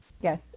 Yes